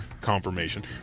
confirmation